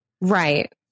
right